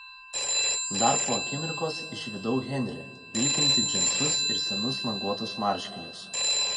dar po akimirkos išvydau henrį vilkintį džinsus ir senus languotus marškinius